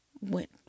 went